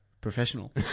professional